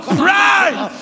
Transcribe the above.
pride